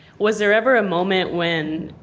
was there ever a moment when,